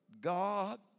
God